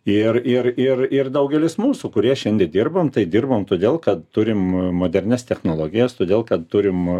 ir ir ir ir daugelis mūsų kurie šiandie dirbam tai dirbam todėl kad turim modernias technologijas todėl kad turim